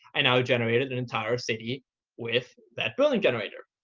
i now generated an entire city with that building generator.